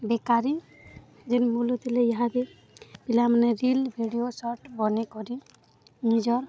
ବେକାରୀ ଯେନ୍ ବୁଲୁଥିଲେ ଇହାଦେ ପିଲାମାନେ ରିଲ୍ ଭିଡ଼ିଓ ସର୍ଟ ବନେଇକରି ନିଜର୍